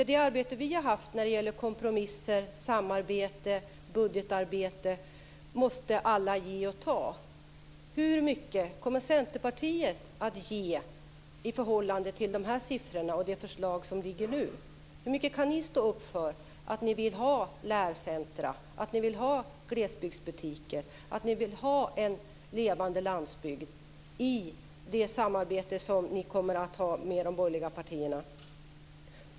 I det arbete som vi har bedrivit när det gäller kompromisser, samarbete och budget måste alla ge och ta. Hur mycket kommer ni i Centerpartiet att ge i förhållande till dessa siffror och det förslag som nu föreligger? Hur mycket kan ni stå upp för att ni vill ha lärcentra, att ni vill ha glesbygdsbutiker och att ni vill ha en levande landsbygd i det samarbete som ni kommer att ha med de andra borgerliga partierna?